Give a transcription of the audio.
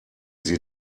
sie